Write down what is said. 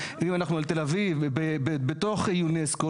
אם אנחנו על תל אביב בתוך יונסקו,